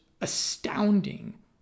astounding